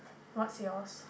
what's yours